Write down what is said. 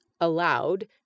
allowed